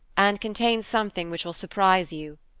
and contains something which will surprise you,